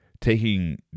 taking